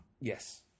Yes